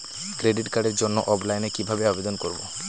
Credit কার্ডের জন্য অফলাইনে কিভাবে আবেদন করব?